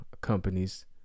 companies